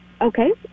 Okay